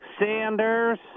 Sanders